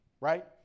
right